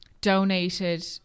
donated